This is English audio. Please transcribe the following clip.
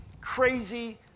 crazy